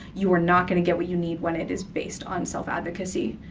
you are not going to get what you need when it is based on self-advocacy,